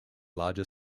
larger